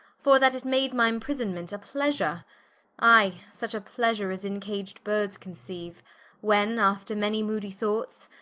for that it made my imprisonment, a pleasure i, such a pleasure, as incaged birds conceiue when after many moody thoughts,